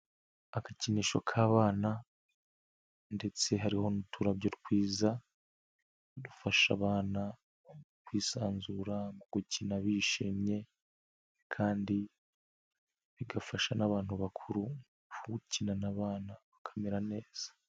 Agakinisho k'abana ndetse hari n'uturabyo twiza, dufasha abana kwisanzura mu gukina bishimye, kandi bigafasha n'abantu bakuru kuba ukina n'abana ukamera neza.